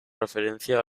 referencia